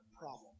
problem